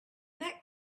that